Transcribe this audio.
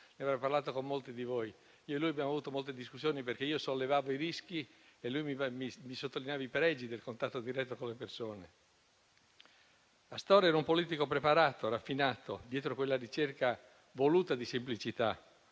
Ne aveva parlato con molti di voi. Io e lui abbiamo avuto molte discussioni, perché io ne sollevavo i rischi e lui mi sottolineava i pregi del contatto diretto con le persone. Astorre era un politico preparato, raffinato, dietro quella ricerca voluta di semplicità.